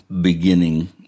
beginning